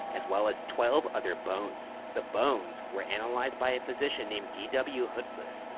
as well as twelve other bones. the bones were analyzed by a physician named d w. hoodless,